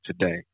today